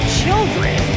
children